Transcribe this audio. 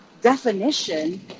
Definition